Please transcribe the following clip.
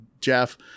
Jeff